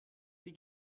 sie